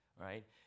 right